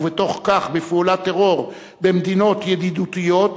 ובתוך כך פעולת טרור במדינות ידידותיות,